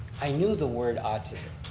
i knew the word autism,